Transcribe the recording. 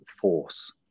force